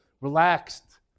Relaxed